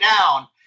down